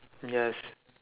yes